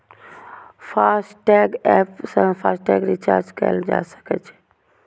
FASTag app सं FASTag recharge कैल जा सकै छै